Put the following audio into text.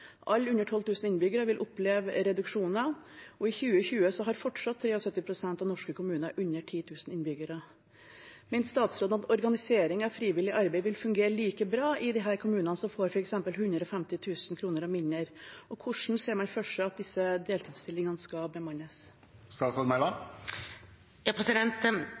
under 12 000 innbyggere vil oppleve reduksjoner, og i 2020 har fortsatt 73 pst. av norske kommuner under 10 000 innbyggere. Mener statsråden at organisering av frivillig arbeid vil fungere like bra i disse kommunene, som får f.eks. 150 000 kr mindre, og hvordan ser man for seg at disse deltidsstillingene skal bemannes?